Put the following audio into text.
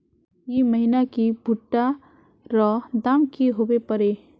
ई महीना की भुट्टा र दाम की होबे परे?